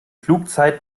flugzeit